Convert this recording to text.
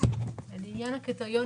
היום.